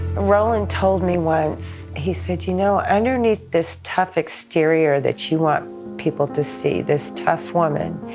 roland told me once, he said, you know, underneath this tough exterior that you want people to see, this tough woman,